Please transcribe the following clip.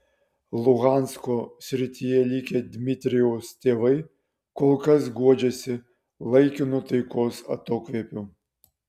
luhansko srityje likę dmitrijaus tėvai kol kas guodžiasi laikinu taikos atokvėpiu